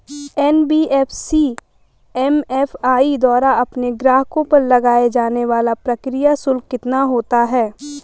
NBFC MFI द्वारा अपने ग्राहकों पर लगाए जाने वाला प्रक्रिया शुल्क कितना होता है?